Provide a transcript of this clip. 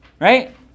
right